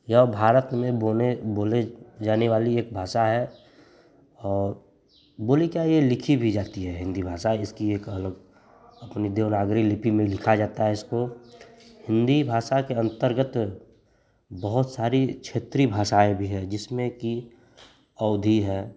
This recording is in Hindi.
यह भारत में बोली बोली जाने वाली एक भाषा है और बोली क्या यह लिखी भी जाती है हिन्दी भाषा इसकी एक अलग अपनी देवनागरी लिपि में लिखी जाती है इसको हिन्दी भाषा के अन्तर्गत बहुत सारी क्षेत्रीय भाषाएँ भी हैं जिसमें कि अवधी है